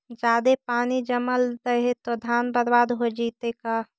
जादे पानी जमल रहे से धान बर्बाद हो जितै का?